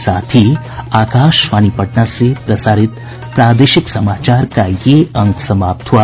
इसके साथ ही आकाशवाणी पटना से प्रसारित प्रादेशिक समाचार का ये अंक समाप्त हुआ